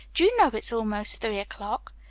do you know it's almost three o'clock?